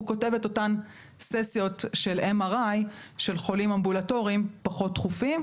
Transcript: הוא כותב את אותן ססיות של MRI של חולים אמבולטוריים פחות דחופים,